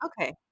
Okay